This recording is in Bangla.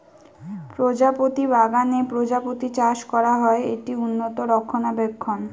প্রজাপতি বাগানে প্রজাপতি চাষ করা হয়, এটি উন্নত রক্ষণাবেক্ষণ